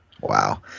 wow